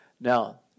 Now